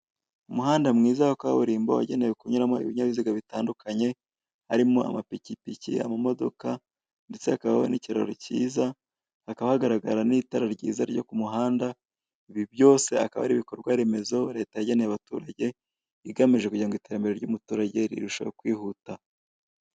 Umuhanda mwiza wa kaburimbo wagenewe kunyuramo ibinyabiziga bitandukanye harimo amapikipiki, amamodoka ndetse hakabaho n'ikiraro cyiza, hakaba hagaragara n'itara ryiza ryo ku muhanda, ibi byose akaba ari ibikorwa remezo leta yageneye abaturage igamije kugira ngo iterambere ry'umuturage rirusheho kwihuta.